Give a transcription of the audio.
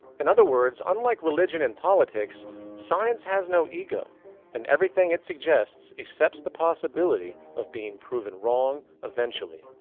in other words, unlike religion and politics science has no ego and everything it suggests accepts the possibility of being proven wrong eventually.